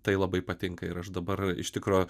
tai labai patinka ir aš dabar iš tikro